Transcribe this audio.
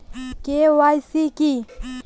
KYC কি?